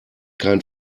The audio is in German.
kein